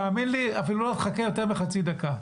תאמין לי, אפילו לא תחכה יותר מחצי דקה.